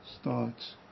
starts